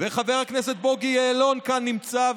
וחבר הכנסת בוגי יעלון כאן נמצא,